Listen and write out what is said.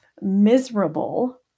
miserable